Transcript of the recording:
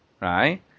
right